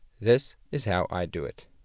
this-is-how-I-do-it